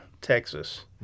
Texas